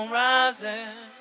rising